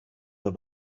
der